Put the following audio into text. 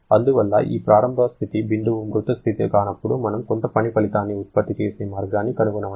అందువల్ల ఈ ప్రారంభ స్థితి బిందువు మృతడెడ్ స్థితి కానప్పుడు మనం కొంత పని ఫలితాన్ని ఉత్పత్తి చేసే మార్గాన్ని కనుగొనవచ్చు